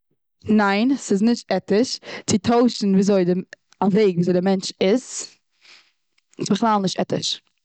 ניין ס'איז נישט עטיש צו טוישן וויאזוי, א וועג וויאזוי די מענטש איז. ס'איז בכלל נישט עטיש.